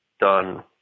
done